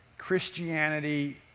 Christianity